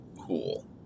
Cool